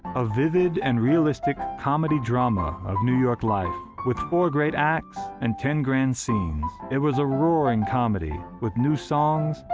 a vivid and realistic comedy drama of new york life, with four great acts and ten grand scenes. it was a roaring comedy with new songs,